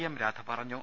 M Radha പറഞ്ഞു